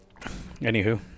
Anywho